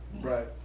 Right